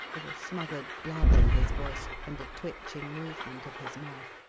with a smothered blub in his voice and a twitching movement of his mouth.